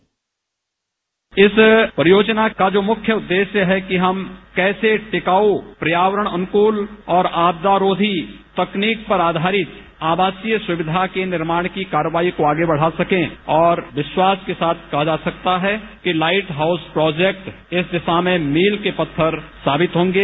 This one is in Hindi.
बाइट इस परियोजना का जो मुख्य उद्देश्य है कि हम कैसे टिकाऊ पर्यावरण अनुकूल और आपदारोधी तकनीक पर आधारित आवासीय सुविधा के निर्माण की कार्रवाई को आगे बढ़ा सकें और विश्वास के साथ कहा जा सकता है कि लाइट हाउस प्रोजेक्ट इस दिशा में मील के पत्थर साबित होंगे